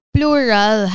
Plural